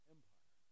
Empire